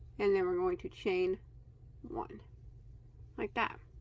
and then we're going to chain one like that